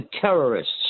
terrorists